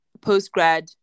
post-grad